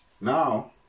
now